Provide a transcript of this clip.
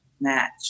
match